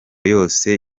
yose